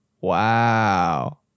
Wow